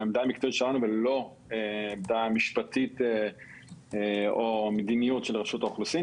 העמדה המקצועית שלנו ולא העמדה המשפטית או מדיניות של רשות האוכלוסין.